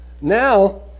Now